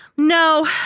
No